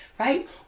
right